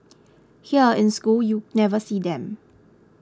here in school you never see them